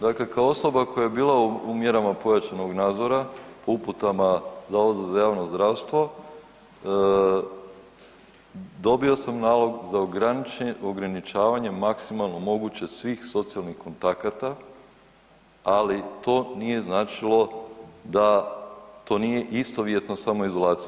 Dakle kao osoba koja je bila u mjerama pojačanog nadzora uputama Zavoda za javno zdravstvo, dobio sam nalog za ograničavanje maksimalno moguće svih socijalnih kontakata, ali to nije značilo, to nije istovjetno samoizolaciji.